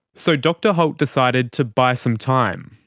so dr holt decided to buy some time.